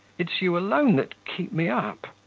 it's you alone that keep me up